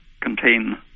contain